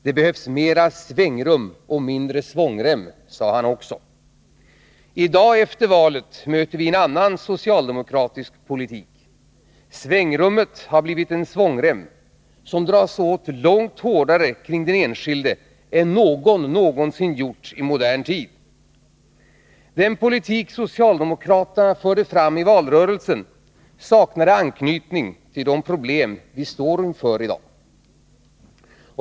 ”Det behövs mera svängrum och mindre svångrem”, sade han också. I dag, efter valet, möter vi en annan socialdemokratisk politik. Svängrummet har blivit en svångrem, som dras åt långt hårdare kring den enskilde än någon någonsin gjort i modern tid. Den politik som socialdemokraterna förde fram i valrörelsen saknade anknytning till de problem som Sverige står inför.